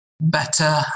better